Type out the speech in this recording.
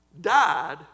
died